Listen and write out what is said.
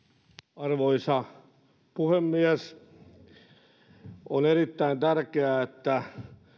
arvoisa puhemies on erittäin tärkeää että